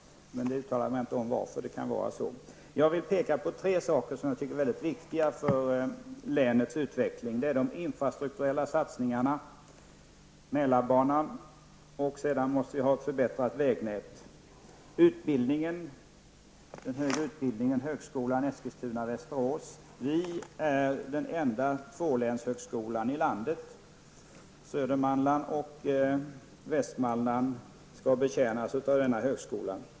Jag uttalar mig inte om varför det kan vara så. Jag vill peka på tre saker som jag tycker är mycket viktiga för länets utveckling. Det gäller de infrastrukturella satsningarna, Mälarbanan och ett bättre vägnät. Vidare har vi den högre utbildningen i högskolan Eskilstuna/Västerås. Det är den enda tvålänshögskolan i landet. Södermanland och Västmanland skall betjänas av denna högskola.